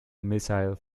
missile